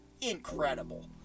incredible